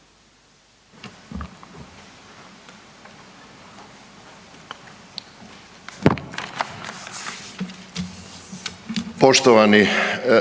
Poštovani